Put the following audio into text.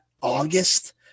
August